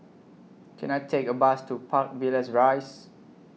Can I Take A Bus to Park Villas Rise